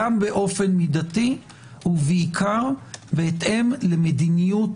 גם באופן מדתי ובעיקר בהתאם למדיניות